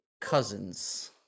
cousins